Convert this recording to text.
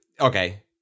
Okay